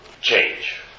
Change